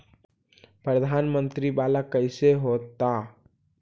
प्रधानमंत्री मंत्री वाला कैसे होता?